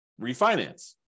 refinance